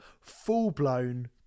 full-blown